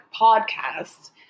podcast